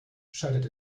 scheitert